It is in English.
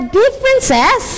differences